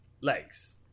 legs